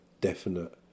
definite